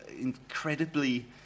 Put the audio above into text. incredibly